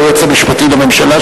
היועץ המשפטי לממשלה,